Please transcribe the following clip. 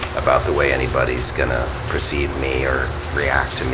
about the way anybody's gonna perceive me or react